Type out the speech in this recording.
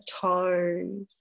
toes